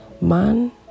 man